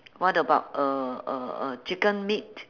what about uh uh uh chicken meat